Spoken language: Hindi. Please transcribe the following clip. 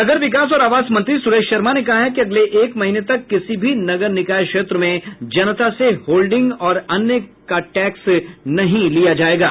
नगर विकास और आवास मंत्री सुरेश शर्मा ने कहा है कि अगले एक महीने तक किसी भी नगर निकाय क्षेत्र में जनता से होल्डिंग और अन्य का टैक्स नहीं लिये जायेंगे